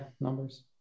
Numbers